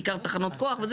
בעיקר תחנות כוח וכו'.